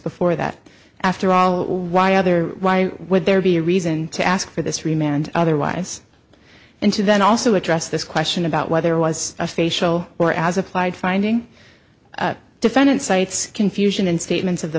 before that after all why other why would there be a reason to ask for this remain and otherwise and to then also address this question about whether was a facial or as applied finding the defendant sites confusion and statements of the